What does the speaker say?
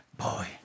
Boy